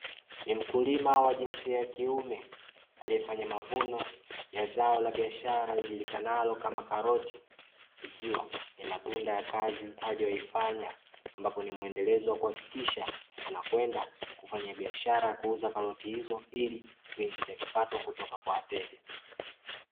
Ni mkulima wa jinsia ya kiume aliyefanya mavuno ya zao la biashara lilijulikanalo kama karoti ikiwa ni matunda ya kazi aliyoifanya. Ambapo ni mwendelezo wa kuhakikisha anakwenda kufanya biashara ya kuuza karoti hizo ili kuingiza kipato kutoka kwa wateja.